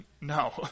No